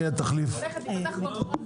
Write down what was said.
הולכת להיפתח ממגורה חדשה